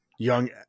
Young